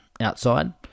outside